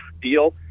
deal